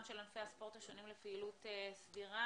של ענפי הספורט השונים לפעילות סדירה,